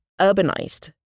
urbanized